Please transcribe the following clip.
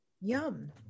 Yum